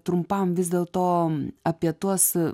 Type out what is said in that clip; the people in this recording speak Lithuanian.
trumpam vis dėlto apie tuos